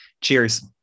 Cheers